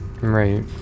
Right